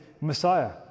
messiah